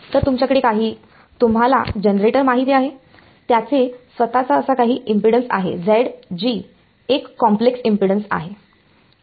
तर तुमच्याकडे काही तुम्हाला जनरेटर माहित आहे त्याचे स्वतःचा काही इम्पेडन्स आहे एक कॉम्प्लेक्स इम्पेडन्स आहे